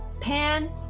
pan